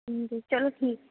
अं ते चलो ठीक